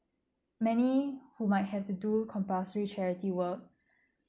many who might have to do compulsory charity work